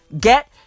get